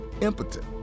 impotent